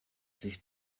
sich